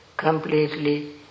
completely